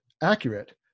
accurate